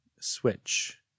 Switch